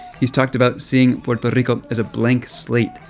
he's talked about seeing puerto rico as a blank slate,